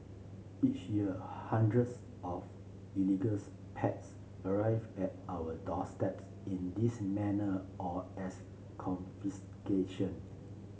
each year hundreds of illegals pets arrive at our doorsteps in this manner or as confiscation